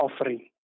offering